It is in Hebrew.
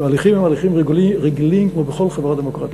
וההליכים הם הליכים רגילים כמו בכל חברה דמוקרטית.